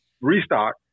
restock